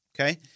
Okay